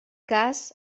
cas